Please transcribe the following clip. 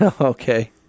okay